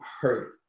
hurt